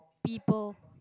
people